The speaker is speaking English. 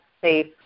safe